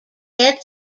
get